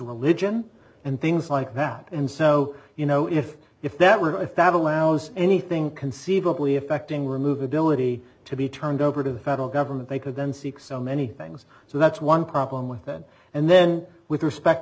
religion and things like that and so you know if if that were if avalanche was anything conceivably affecting remove ability to be turned over to the federal government they could then seek so many things so that's one problem with that and then with respect